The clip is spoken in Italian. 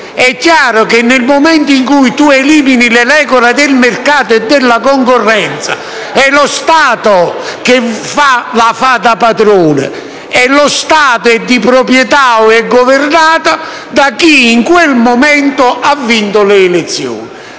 È chiaro che, nel momento in cui si eliminano le regole del mercato e della concorrenza, è lo Stato che la fa da padrone. E lo Stato è di proprietà, o è governato, da chi, in quel momento, ha vinto le elezioni.